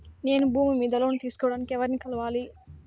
నేను భూమి మీద లోను తీసుకోడానికి ఎవర్ని కలవాలి?